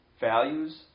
values